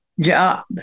job